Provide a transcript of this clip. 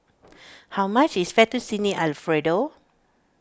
how much is Fettuccine Alfredo